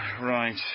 Right